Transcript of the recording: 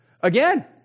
Again